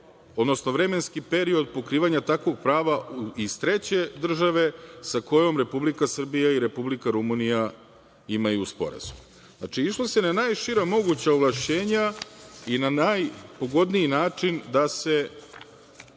im se i vremenski period pokrivanja takvog prava iz treće države sa kojom Republika Srbija i Republika Rumunija imaju sporazum. Znači, išlo se na najšira moguća ovlašćenja i na najpogodniji način da se